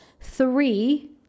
three